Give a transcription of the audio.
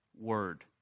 Word